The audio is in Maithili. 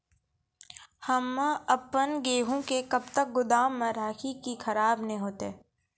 हम्मे आपन गेहूँ के कब तक गोदाम मे राखी कि खराब न हते?